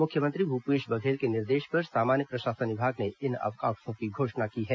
मुख्यमंत्री भूपेश बघेल के निर्देश पर सामान्य प्रशासन विभाग ने इन अवकाशों की घोषणा की है